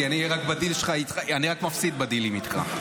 כי אני רק מפסיד בדילים איתך.